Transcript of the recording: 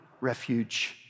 refuge